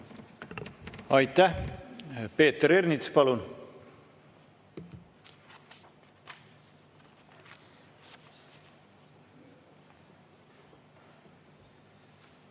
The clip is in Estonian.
Aitäh! Peeter Ernits, palun!